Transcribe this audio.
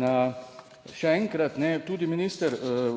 (nadaljevanje) tudi minister